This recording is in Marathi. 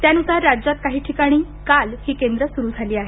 त्यानुसार राज्यात काही ठिकाणी काल ही केंद्रे सुरू झाले आहेत